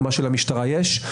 מה שלמשטרה יש.